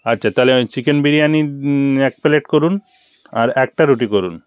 আচ্ছা তাহলে চিকেন বিরিয়ানি এক প্লেট করুন আর একটা রুটি করুন